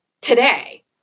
Today